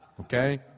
Okay